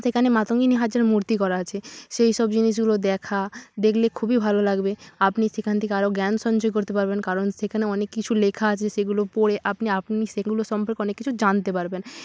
সেখানে মাতঙ্গিনী হাজরার মূর্তি গড়া আছে সেই সব জিনিসগুলো দেখা দেখলে খুবই ভালো লাগবে আপনি সেখান থেকে আরও জ্ঞান সঞ্চয় করতে পারবেন কারণ সেখানে অনেক কিছু লেখা আছে সেগুলো পড়ে আপনি আপনি সেগুলো সম্পর্কে অনেক কিছু জানতে পারবেন